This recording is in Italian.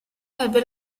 ebbe